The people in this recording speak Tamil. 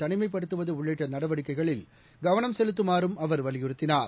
தனிமைப்படுத்துவது உள்ளிட்ட நடவடிக்கைகளில் கவனம் செலுத்துமாறும் அவர் வலியுறுத்தினார்